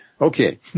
Okay